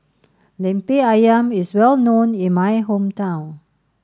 Lemper Ayam is well known in my hometown